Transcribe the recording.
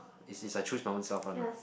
is is I choose my own self one lah